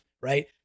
right